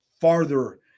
farther